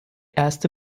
erste